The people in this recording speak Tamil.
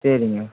சரிங்க